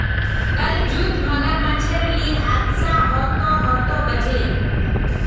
कल जूत मगरमच्छेर ली हादसा ह त ह त बच ले